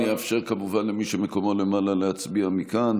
אני אאפשר כמובן למי שמקומו למעלה להצביע מכאן.